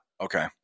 okay